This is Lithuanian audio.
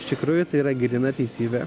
iš tikrųjų tai yra gryna teisybė